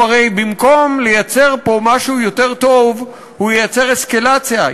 הרי במקום לייצר פה משהו יותר טוב הוא ייצר אסקלציה,